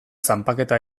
zanpaketa